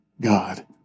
God